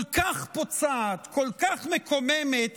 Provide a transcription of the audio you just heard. כל כך פוצעת, כל כך מקוממת,